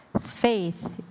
Faith